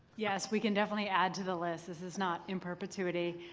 yes, we can definitely add to the list. this is not in perpetuity.